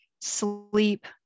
Sleep